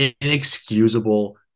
inexcusable